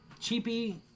cheapy